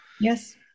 Yes